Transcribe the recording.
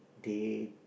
they